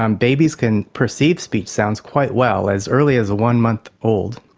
um babies can perceive speech sounds quite well, as early as one month old,